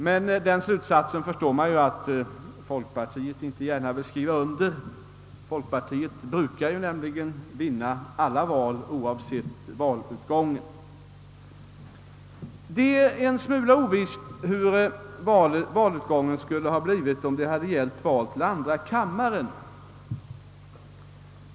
Men den slutsatsen förstår man att folkpartiet inte gärna vill dra — folkpartiet brukar nämligen vinna alla val oavsett valutgången. Det är en smula ovisst hur valutgången skulle ha blivit om det hade gällt val till andra kammaren.